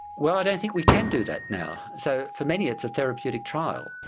well, i don't think we can do that now, so for many it's a therapeutic trial.